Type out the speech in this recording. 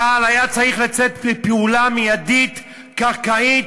צה"ל היה צריך לצאת מיידית לפעולה קרקעית,